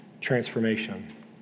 transformation